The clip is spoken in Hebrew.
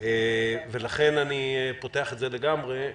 לכן אני פותח את זה לגמרי.